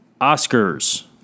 Oscars